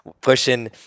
pushing